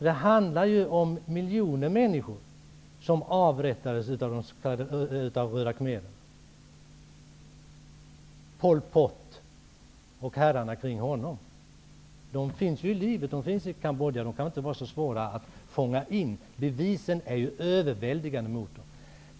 Det handlar om miljoner människor som avrättades av röda khmererna, Pol Pot och herrarna kring honom. De finns ju i livet, de finns i Kambodja, och de kan inte vara så svåra att fånga in. Bevisen är överväldigande mot dem.